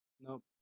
nope